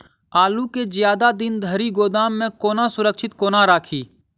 आलु केँ जियादा दिन धरि गोदाम मे कोना सुरक्षित कोना राखि?